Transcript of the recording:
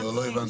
תודה.